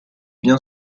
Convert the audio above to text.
bien